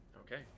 Okay